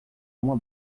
uma